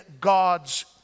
God's